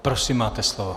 Prosím, máte slovo.